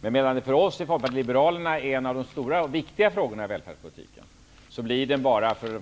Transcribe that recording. Men medan det för oss i Folkpartiet liberalerna är en av de stora och viktiga frågorna i välfärdspolitiken blir den bara för